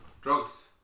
Drugs